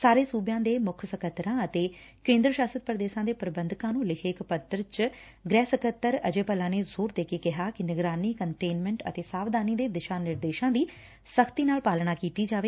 ਸਾਰੇ ਸੁਬਿਆਂ ਦੇ ਮੁੱਖ ਸਕੱਤਰਾਂ ਅਤੇ ਕੇਂਦਰ ਸ਼ਾਸਤ ਪੁਦੇਸ਼ਾਂ ਦੇ ਪੁਬੰਧਕਾਂ ਨੂੰ ਲਿਖੇ ਇਕ ਪੱਤਰ ਵਿਚ ਗੁਹਿ ਸਕੱਤਰ ਅਜੇ ਭੱਲਾ ਨੇ ਜ਼ੋਰ ਦੇ ਕੇ ਕਿਹਾ ਕਿ ਨਿਗਰਾਨੀ ਕੰਟੇਨਮੈਟ ਅਤੇ ਸਾਵਧਾਨੀ ਦੇ ਦਿਸ਼ਾ ਨਿਰੇਦਸ਼ਾਂ ਦੀ ਸਸ਼ਤੀ ਨਾਲ ਪਾਲਣਾ ਕੀਤੀ ਜਾਵੇ